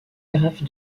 graphe